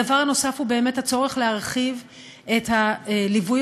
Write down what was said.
הדבר הנוסף הוא באמת הצורך להרחיב את הליווי